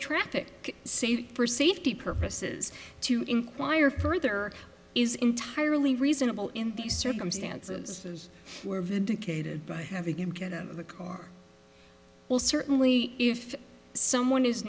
safety for safety purposes to inquire further is entirely reasonable in these circumstances were vindicated by having him get in the car well certainly if someone is